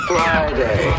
Friday